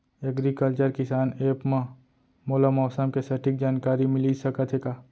Agriculture किसान app मा मोला मौसम के सटीक जानकारी मिलिस सकत हे का?